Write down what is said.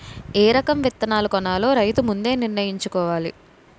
ఏ రకం విత్తనాలు కొనాలో రైతు ముందే నిర్ణయించుకోవాల